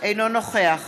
אינו נוכח